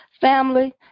Family